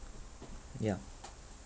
yeah